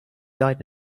died